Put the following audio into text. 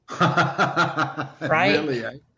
Right